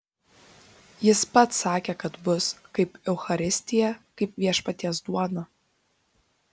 jis pats sakė kad bus kaip eucharistija kaip viešpaties duona